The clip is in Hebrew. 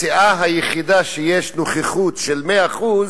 הסיעה היחידה שיש נוכחות של מאה אחוז,